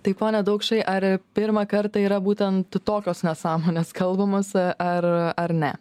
tai pone daukšai ar pirmą kartą yra būtent tokios nesąmonės kalbamos ar ar ne